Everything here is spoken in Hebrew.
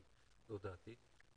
אבל זו דעתי.